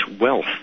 wealth